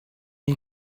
you